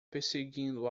perseguindo